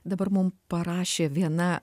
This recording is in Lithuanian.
dabar mum parašė viena